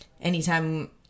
anytime